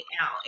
out